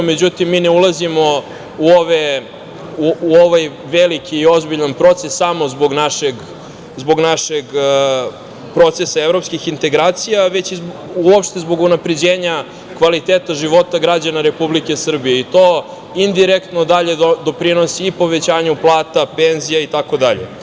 Međutim, mi ne ulazimo u ovaj veliki i ozbiljan proces samo zbog našeg procesa evropskih integracija, već i uopšte zbog unapređenja kvaliteta života građana Republike Srbije i to indirektno dalje doprinosi i povećanju plata, penzija, itd.